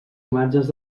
imatges